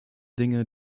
dinge